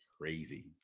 crazy